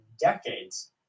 decades